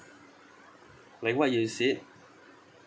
like what you had said